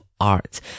art